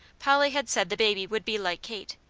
polly had said the baby would be like kate.